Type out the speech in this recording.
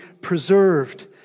preserved